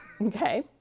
Okay